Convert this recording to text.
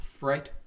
right